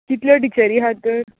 कितल्यो टिचरी हात तर